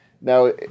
Now